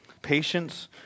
patience